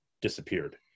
disappeared